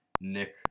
Nick